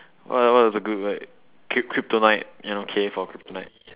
what ah what is a good word k~ kryptonite you know K for kryptonite